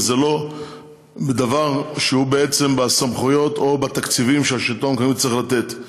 ובעצם זה לא דבר שהוא בסמכויות או בתקציבים שהשלטון המקומי צריך לתת.